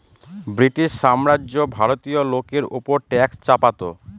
British সাম্রাজ্য ভারতীয় লোকের ওপর ট্যাক্স চাপাতো